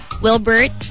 Wilbert